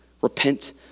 repent